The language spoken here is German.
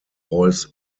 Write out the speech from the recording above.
reuß